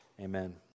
amen